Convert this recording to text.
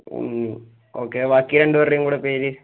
okay ബാക്കി രണ്ടുപേരുടെയും കൂടെ പേര്